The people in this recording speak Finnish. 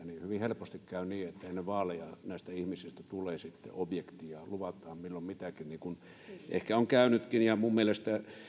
niin hyvin helposti käy niin että ennen vaaleja näistä ihmisistä tulee sitten objekti ja luvataan milloin mitäkin niin kuin ehkä on käynytkin minun mielestäni